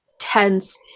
Tense